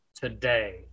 Today